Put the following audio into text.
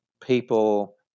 people